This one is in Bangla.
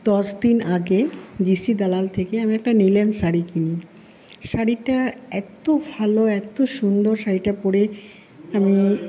দশদিন আগে জি সি দালাল থেকে আমি একটা লিনেন শাড়ি কিনি শাড়িটা এত্ত ভালো এত্ত সুন্দর শাড়িটা পরে আমি